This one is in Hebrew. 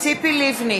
ציפי לבני,